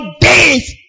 days